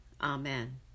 Amen